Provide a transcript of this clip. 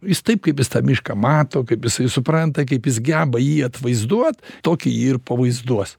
jis taip kaip jis tą mišką mato kaip jisai supranta kaip jis geba jį atvaizduot tokį jį ir pavaizduos